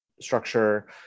structure